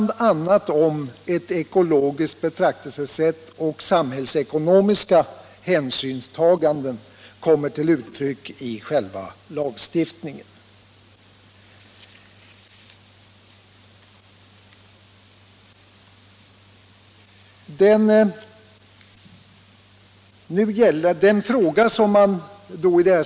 om att ett ekologiskt betraktelsesätt och samhällsekonomiska hänsynstaganden kommer till uttryck i själva lagstiftningen.